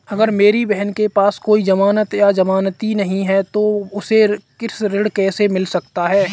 अगर मेरी बहन के पास कोई जमानत या जमानती नहीं है तो उसे कृषि ऋण कैसे मिल सकता है?